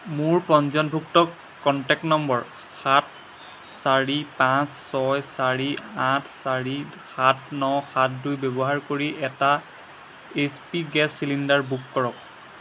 মোৰ পঞ্জীয়নভুক্ত contact number সাত চাৰি পাঁচ ছয় চাৰি আঠ চাৰি সাত ন সাত দুই ব্যৱহাৰ কৰি এটা H P gas cylinder book কৰক